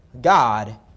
God